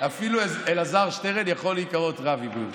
אפילו אלעזר שטרן יכול להיקרא רב אם הוא ירצה,